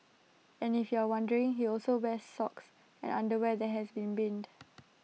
and if you're wondering he also wears socks and underwear that has been binned